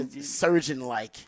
Surgeon-like